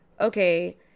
okay